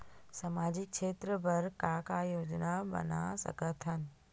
सामाजिक क्षेत्र बर का का योजना बना सकत हन?